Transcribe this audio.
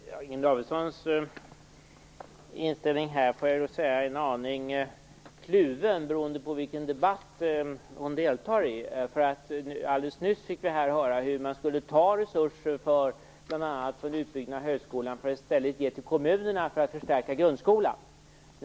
Fru talman! Inger Davidsons inställning är en aning kluven, beroende på i vilken debatt hon deltar. Alldeles nyss fick vi här höra hur man skall ta resurser bl.a. för en utbyggnad av högskolan för att i stället ge till kommunerna för förstärkning av grundskolan.